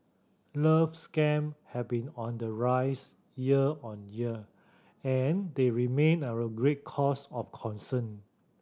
love scam have been on the rise year on year and they remain a great cause of concern